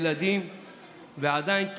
ועדיין,